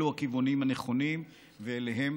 אלו הכיוונים הנכונים ואליהם